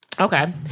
Okay